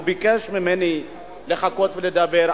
הוא ביקש ממני לחכות ולדבר,